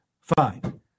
fine